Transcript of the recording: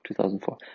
2004